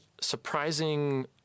surprising